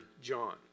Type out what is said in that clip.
John